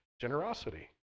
generosity